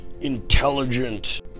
intelligent